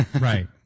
Right